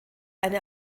eine